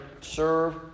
serve